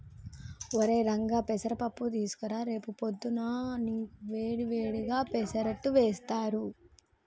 ఒరై రంగా పెసర పప్పు తీసుకురా రేపు పొద్దున్నా నీకు వేడి వేడిగా పెసరట్టు వేస్తారు